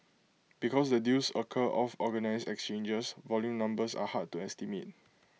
because the deals occur off organised exchanges volume numbers are hard to estimate